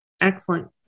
Excellent